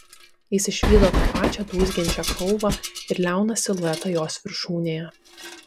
jis išvydo tą pačią dūzgiančią kalvą ir liauną siluetą jos viršūnėje